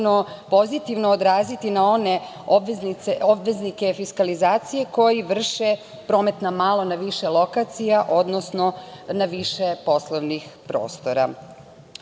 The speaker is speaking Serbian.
pozitivno odraziti na one obveznike fiskalizacije koji vrše promet na malo na više lokacija, odnosno na više poslovnih prostora. Što